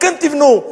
כן תבנו,